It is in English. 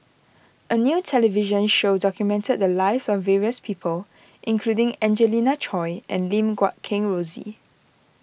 a new television show documented the lives of various people including Angelina Choy and Lim Guat Kheng Rosie